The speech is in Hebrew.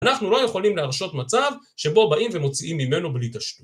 אנחנו לא יכולים להרשות מצב שבו באים ומוציאים ממנו בלי תשלום.